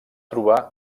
trobar